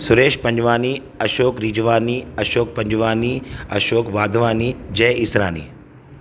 Suresh Panjwani Ashok Rijwani Ashok Panjwani Ashok Wadhwani Jai Israni